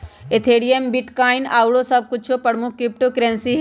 Ethereum, bitcoin आउरो सभ कुछो प्रमुख क्रिप्टो करेंसी हइ